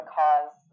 cause